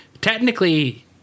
Technically